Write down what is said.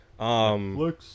netflix